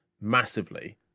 massively